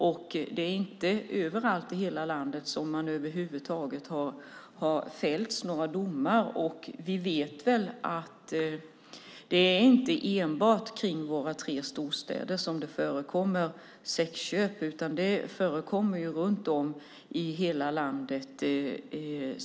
Och det är inte överallt i landet som det över huvud taget har fällts några domar. Vi vet att det inte är enbart kring våra tre storstäder som det förekommer sexköp utan det förekommer runt om i hela landet.